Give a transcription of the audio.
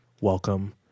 welcome